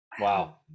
wow